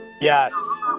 Yes